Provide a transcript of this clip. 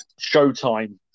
showtime